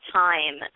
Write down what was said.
time